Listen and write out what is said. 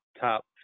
top